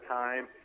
time